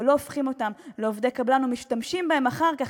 ולא הופכים אותם לעובדי קבלן ומשתמשים בהם אחר כך